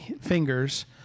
fingers